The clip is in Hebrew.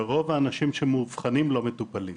ורוב האנשים שמאובחנים לא מטופלים.